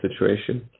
situation